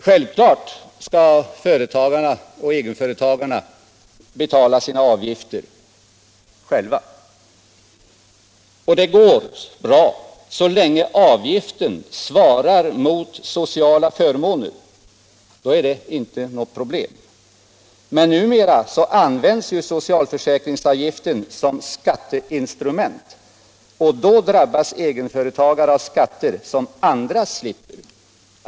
Självfallet skall företagarna och egenföretagarna betala sina avgifter själva. Det går också bra så länge avgiften svarar mot sociala förmåner. Då är det inte något problem. Men numera används socialförsäkringsavgiften som skatteinstrument, och då drabbas egenföretagare av skatter som andra slipper.